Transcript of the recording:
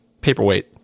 paperweight